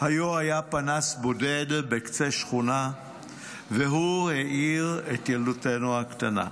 'היה היה פנס בודד בקצה שכונה / והוא האיר את ילדותינו הקטנה'.